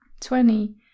twenty